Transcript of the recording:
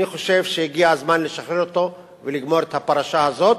אני חושב שהגיע הזמן לשחרר אותו ולגמור את הפרשה הזאת